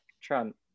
Trump